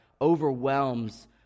overwhelms